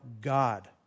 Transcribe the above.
God